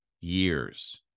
years